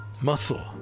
muscle